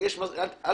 אם